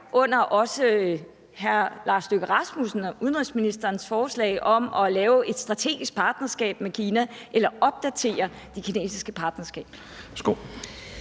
herunder også hr. Lars Løkke Rasmussens, udenrigsministerens, forslag om at lave et strategisk partnerskab med Kina eller opdatere det kinesiske partnerskab.